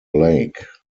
lake